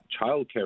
childcare